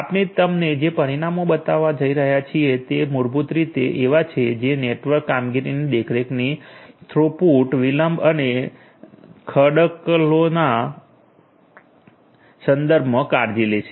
આપણે તમને જે પરિણામો બતાવવા જઈ રહ્યા છીએ તે મૂળભૂત રીતે એવા છે જે નેટવર્ક કામગીરીની દેખરેખની થ્રુપુટ વિલંબ અને ખડકલોના જીટર jitter મૂળભૂત રીતે સમયના સંદર્ભમાં વિલંબના ફેરફારનો દર સંદર્ભમાં કાળજી લેશે